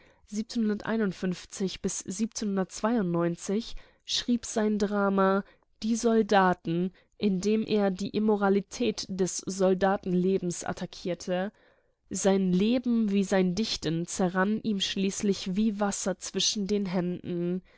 schrieb sein drama die soldaten in dem er die immoralität des soldatenlebens attackierte sein leben wie sein dichten zerrann ihm wie wasser zwischen den händen